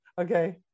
Okay